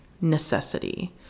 necessity